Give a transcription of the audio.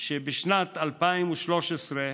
בשנת 2013,